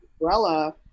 umbrella